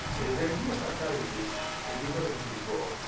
the idea of fractality did not exist before,